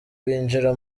binjira